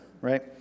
right